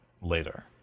later